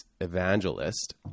evangelist